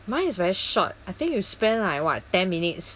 mine is very short I think you spend like what ten minutes